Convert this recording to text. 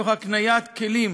תוך הקניית כלים